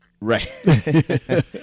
Right